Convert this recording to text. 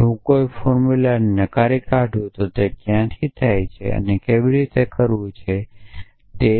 જો હું કોઈ ફોર્મુલાની નકારી કાઢુ તો તે ક્યાંથી થાય છે તે કેવી રીતે કરવું તે કેવી રીતે કરવું તે